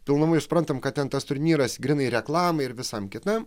pilnumoj suprantam kad ten tas turnyras grynai reklamai ir visam kitam